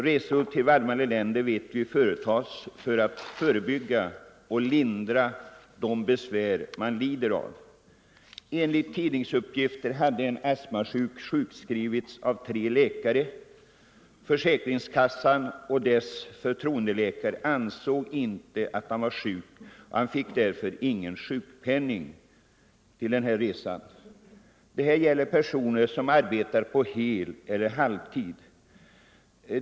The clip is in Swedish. Resor till varmare länder vet vi företas för att förebygga och lindra de besvär man lider av. Enligt tidningsuppgifter hade en astmasjuk blivit sjukskriven av tre läkare. Försäkringskassan och dess förtroendeläkare ansåg inte att han var sjuk. Han fick ingen sjukpenning vid denna resa. Det gäller här personer som arbetar heleller halvtid.